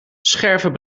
scherven